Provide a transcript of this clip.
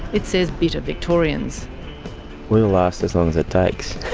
it says bitter victorians. we will last as long as it takes.